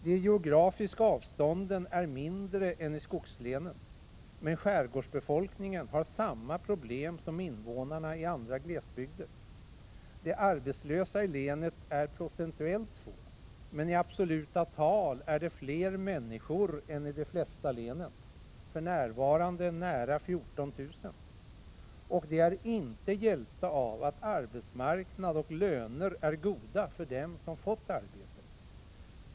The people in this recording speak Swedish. De geografiska avstånden är mindre än i skogslänen, men skärgårdsbefolkningen har samma problem som invånarna i andra glesbygder. De arbetslösa i länet är procentuellt få, men i absoluta tal är de fler människor än i de flesta län, för närvarande nära 14 000, och de är inte hjälpta av att arbetsmarknad och löner är goda för dem som fått arbete.